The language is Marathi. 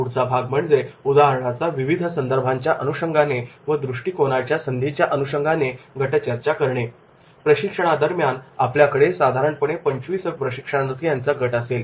पुढचा भाग म्हणजे उदाहरणाचा विविध संदर्भांच्या अनुषंगाने व दृष्टिकोनाच्या संधीच्या अनुषंगाने गटचर्चा करणे प्रशिक्षणादरम्यान आपल्याकडे साधारणपणे पंचवीस प्रशिक्षणार्थी यांचा एक गट असेल